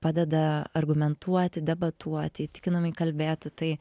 padeda argumentuoti debatuoti įtikinamai kalbėti tai